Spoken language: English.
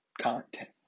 content